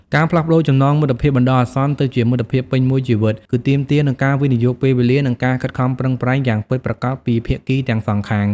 ការផ្លាស់ប្តូរចំណងមិត្តភាពបណ្ដោះអាសន្នទៅជាមិត្តភាពពេញមួយជីវិតគឺទាមទារនូវការវិនិយោគពេលវេលានិងការខិតខំប្រឹងប្រែងយ៉ាងពិតប្រាកដពីភាគីទាំងសងខាង។